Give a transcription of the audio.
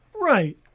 right